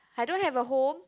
I don't have a home